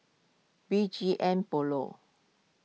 B G M Polo